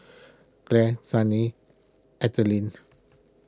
Clare Sunny Ethelene